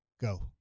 Go